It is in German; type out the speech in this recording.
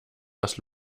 was